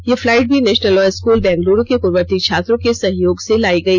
ये फ्लाइट भी National Law School Bengaluru के पूर्ववर्ती छात्रों से सहयोग से लायी गई